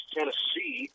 Tennessee